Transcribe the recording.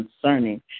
concerning